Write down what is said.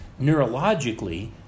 neurologically